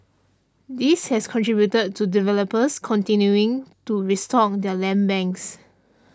this has contributed to developers continuing to restock their land banks